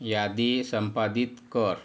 यादी संपादित कर